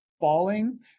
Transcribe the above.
falling